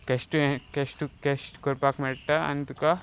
कशें तुवें कशें तुका कशें कशें करपाक मेळटा आनी तुका